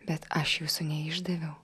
bet aš jūsų neišdaviau